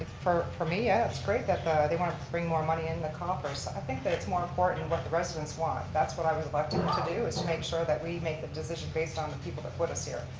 for for me, yeah that's great that they want to bring more in and the coffers. i think that it's more important and what the residents want. that's what i was elected to do is to make sure that we make a decision based on the people that put us here.